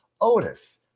Otis